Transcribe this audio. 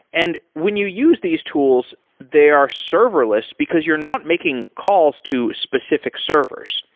and when you use these tools, they are serverless because you're not making calls to specific servers.